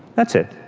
that's it.